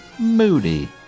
Moody